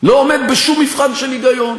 לא עומד בשום מבחן של היגיון.